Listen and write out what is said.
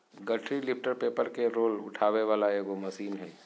गठरी lifter paper के roll उठावे वाला एगो मशीन हइ